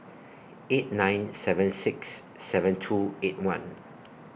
eight nine seven six seven two eight one